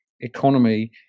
economy